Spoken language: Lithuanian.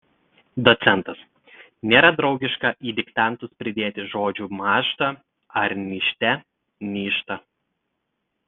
docentas nėra draugiška į diktantus pridėti žodžių mąžta ar nižte nyžta